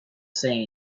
say